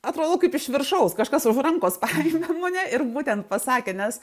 atrodo kaip iš viršaus kažkas už rankos paėmė mane ir būtent pasakė nes